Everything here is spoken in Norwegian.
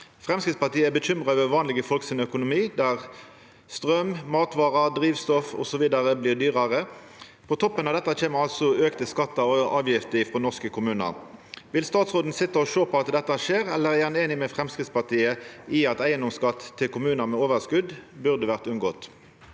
Fremskrittspartiet er bekymra over vanlige folk sin økonomi, der strøm, matvarer og drivstoff blir dyrere. På toppen av dette kommer økte skatter og gebyr fra norske kommuner. Vil statsråden sitte og se på at dette skjer, eller er han enig med Fremskrittspartiet i at eiendomsskatt til kommuner med overskudd burde vært unngått?»